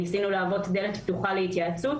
ניסינו להוות דלת פתוחה להתייעצות,